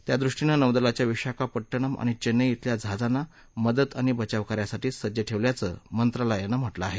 त्यादृष्टीनं नौदलाच्या विशाखापट्टणम आणि चेन्नई खेल्या जहाजांना मदत आणि बचावकार्यासाठी सज्ज ठेवल्याचं मंत्रालयानं म्हटलं आहे